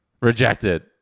Rejected